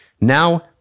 Now